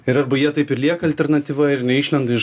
ir arba jie taip ir lieka alternatyva ir neišlenda iš